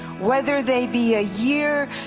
whether they be a year,